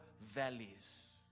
valleys